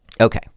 Okay